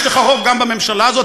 יש לך רוב גם בממשלה הזאת,